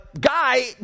guy